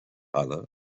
halle